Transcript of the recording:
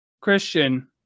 Christian